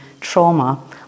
trauma